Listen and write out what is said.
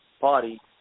party